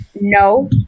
No